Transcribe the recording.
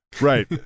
right